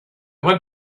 went